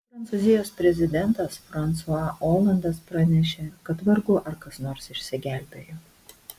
prancūzijos prezidentas fransua olandas pranešė kad vargu ar kas nors išsigelbėjo